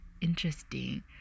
interesting